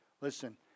listen